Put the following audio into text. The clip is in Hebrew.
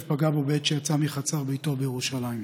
פגע בו בעת שיצא מחצר ביתו בירושלים.